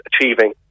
achieving